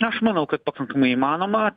aš manau kad pakankamai įmanoma